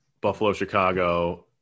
Buffalo-Chicago